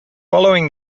following